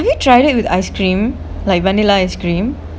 have you tried it with ice-cream like vanilla ice-cream